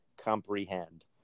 comprehend